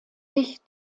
sich